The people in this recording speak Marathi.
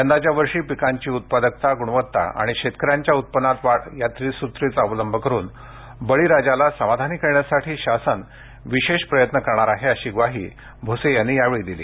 यंदाच्या वर्षी पिकांची उत्पादकता गुणवत्ता आणि शेतकऱ्यांच्या उत्पन्नात वाढ या त्रिसुत्रीचा अवलंब करून बळीराजाला समाधानी करण्यासाठी शासन विशेष प्रयत्न करणार आहे अशी ग्वाही भूसे यांनी यावेळी दिली